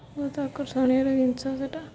ବହୁତ ଆକର୍ଷଣୀୟର ଜିନିଷ ସେଇଟା